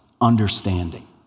understanding